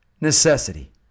necessity